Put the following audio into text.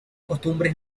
costumbres